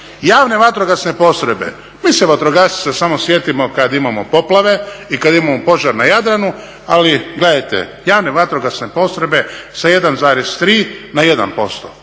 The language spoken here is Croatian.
Javne vatrogasne postrojbe, mi se vatrogasaca samo sjetimo kad imamo poplave i kad imamo požar na Jadranu ali gledajte, javne vatrogasne postrojbe sa 1,3 na 1%.